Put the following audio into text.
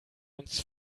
uns